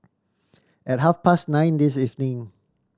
at half past nine this evening